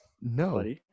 No